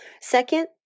Second